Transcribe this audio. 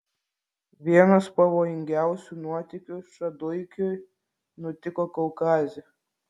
vienas pavojingiausių nuotykių šaduikiui nutiko kaukaze